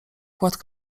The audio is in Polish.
kładł